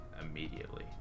immediately